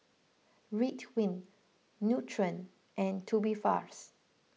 Ridwind Nutren and Tubifast